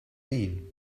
mean